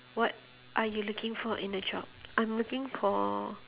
what are you looking for in the job I'm looking for